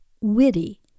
witty